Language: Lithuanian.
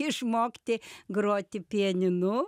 išmokti groti pianinu